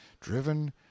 driven